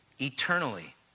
eternally